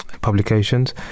publications